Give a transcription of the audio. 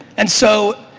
and so,